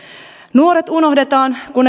nuoret unohdetaan kun